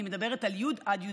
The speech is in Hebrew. אני מדברת על י' עד י"ב.